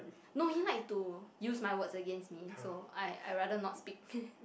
no he like to use my words against me so I I rather not speak